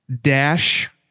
dash